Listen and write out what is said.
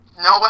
no